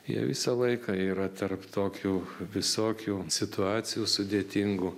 jie visą laiką yra tarp tokių visokių situacijų sudėtingų